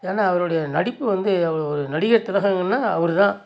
ஏன்னால் அவரோடைய நடிப்பு வந்து அவர் ஒரு நடிகர் திலகம்னு சொன்னால் அவர் தான்